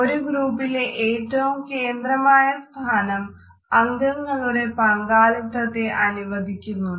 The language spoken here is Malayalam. ഒരു ഗ്രൂപ്പിലെ ഏറ്റവും കേന്ദ്രമായ സ്ഥാനം അംഗങ്ങളുടെ പങ്കാളിത്തത്തെ അനുവദിക്കുന്നുണ്ട്